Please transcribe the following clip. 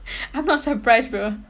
I'm not surprised bro